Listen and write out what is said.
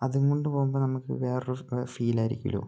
അതും കൊണ്ട് പോകുമ്പോൾ നമുക്ക് വേറൊരു ഫീലായിരിക്കുമല്ലോ